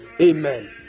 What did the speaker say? Amen